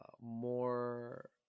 more